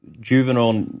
juvenile